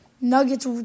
Nuggets